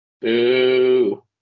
Boo